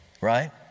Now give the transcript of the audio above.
right